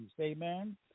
Amen